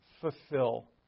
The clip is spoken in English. fulfill